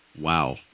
Wow